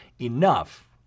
enough